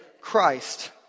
Christ